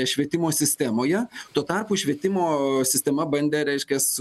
švietimo sistemoje tuo tarpu švietimo sistema bandė reiškias